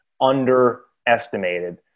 underestimated